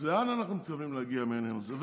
אז לאן אנחנו מתכוונים להגיע עם העניין הזה?